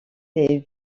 les